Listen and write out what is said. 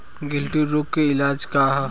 गिल्टी रोग के इलाज का ह?